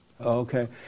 Okay